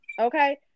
Okay